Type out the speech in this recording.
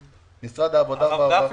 הזה...